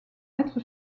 être